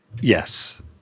Yes